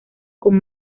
con